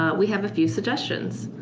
we have a few suggestions.